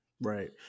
right